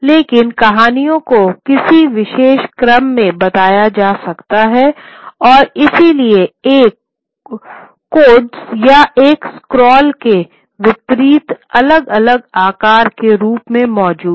लेकिन कहानियों को किसी विशेष क्रम में बताया जा सकता है और इसलिए एक कोडेक्स या एक स्क्रॉल के विपरीत अलग अलग आकार के रूप में मौजूद हैं